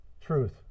truth